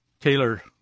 Taylor